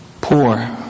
poor